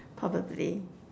probably